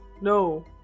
no